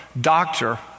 doctor